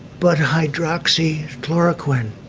but hydroxychloroquine.